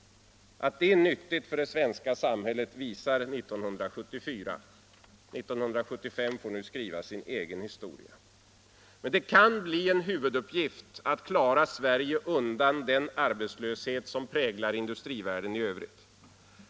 Att detta är nyttigt för det svenska samhället visar 1974. 1975 får skriva sin egen historia. Det är då en huvuduppgift att klara Sverige undan den arbetslöshet som präglar industrivärlden i övrigt.